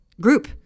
group